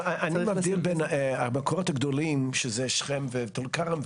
אני מבדיל בין המקורות הגדולים שהם שכם וטול כרם,